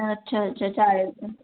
अच्छा अच्छा चालेल